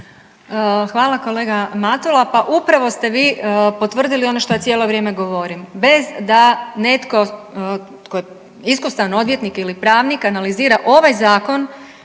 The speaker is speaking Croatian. Hvala kolega Matula. Pa upravo ste vi potvrdili ono što ja cijelo vrijeme govorim. Bez da netko tko je iskusan odvjetnik ili pravnik analizira ovaj zakon